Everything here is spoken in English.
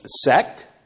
sect